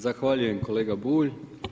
Zahvaljujem kolega Bulj.